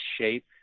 shape